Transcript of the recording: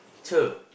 cher